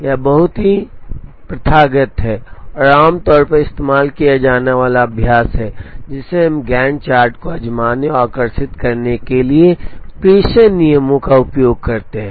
यह बहुत ही प्रथागत है और आमतौर पर इस्तेमाल किया जाने वाला अभ्यास है जिसे हम गैन्ट चार्ट को आज़माने और आकर्षित करने के लिए प्रेषण नियमों का उपयोग करते हैं